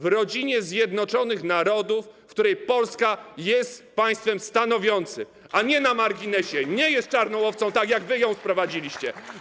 w rodzinie zjednoczonych narodów, w której Polska jest państwem stanowiącym, a nie na marginesie, nie jest czarną owcą, tak jak wy ją sprowadziliście.